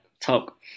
Talk